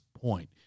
point